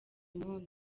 munsi